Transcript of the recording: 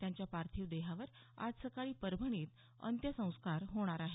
त्यांच्या पार्थिव देहावर आज सकाळी परभणीत अंत्यसंस्कार होणार आहेत